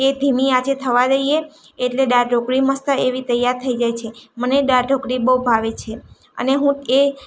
એ ધીમી આંચે થવા દઈએ એટલે દાળ ઢોકળી મસ્ત એવી તૈયાર થઈ જાય છે મને દાળ ઢોકળી બહુ ભાવે છે અને હું એ